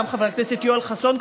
גם של חבר הכנסת יואל חסון,